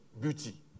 beauty